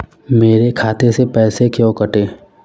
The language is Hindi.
मेरे खाते से पैसे क्यों कटे?